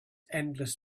endless